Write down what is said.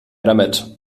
damit